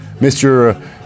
Mr